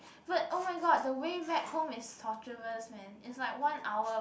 but oh my god the way back home is torturers man is like one hour